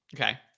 Okay